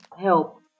help